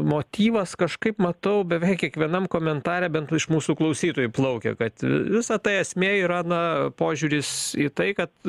motyvas kažkaip matau beveik kiekvienam komentare bent iš mūsų klausytojų plaukia kad visa tai esmė yra na požiūris į tai kad